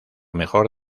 mejor